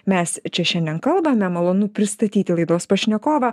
mes čia šiandien kalbame malonu pristatyti laidos pašnekovą